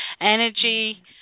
energy